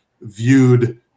viewed